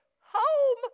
home